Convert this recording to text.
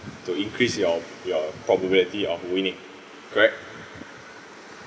to increase your your probability of winning correct